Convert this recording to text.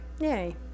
Yay